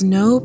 no